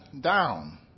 down